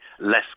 less